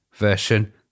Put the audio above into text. version